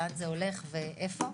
לאן זה הולך ואיפה,